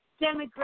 demographic